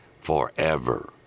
forever